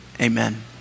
Amen